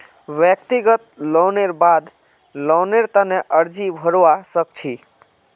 व्यक्तिगत लोनेर बाद लोनेर तने अर्जी भरवा सख छि